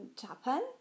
Japan